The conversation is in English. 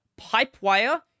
Pipewire